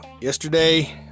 yesterday